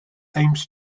aims